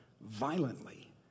violently